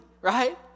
right